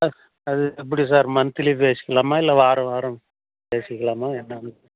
ஆ அது எப்படி sir monthly பேசிக்கலாமா இல்லை வாரம் வாரம் பேசிக்கலாமா என்னன்னு